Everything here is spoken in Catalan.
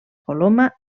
coloma